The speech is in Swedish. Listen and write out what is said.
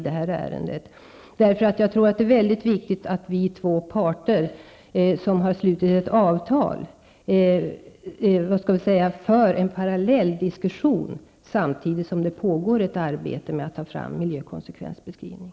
Det är, enligt mening, mycket viktigt att de två parter, som har slutit ett avtal, för en parallell diskussion samtidigt som det pågår ett arbete med att ta fram en miljökonsekvensbeskrivning.